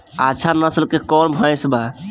अच्छा नस्ल के कौन भैंस बा?